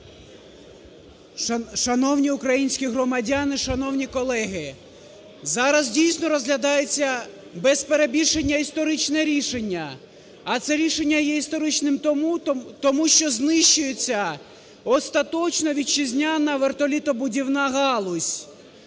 Шановні українські громади, шановні колеги, зараз, дійсно, розглядається без перебільшення історичне рішення. А це рішення є історичним тому, що знищується остаточно вітчизняна вертольотобудівна галузь.